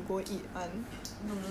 no no no